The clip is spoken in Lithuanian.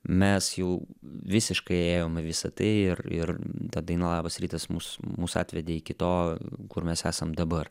mes jau visiškai ėjom į visą tai ir ir ta daina labas rytas mus mus atvedė iki to kur mes esam dabar